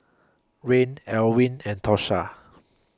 Reid Elwyn and Tosha